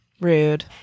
Rude